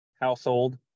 household